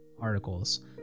articles